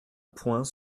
point